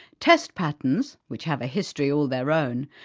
test patterns, which have a history all their own,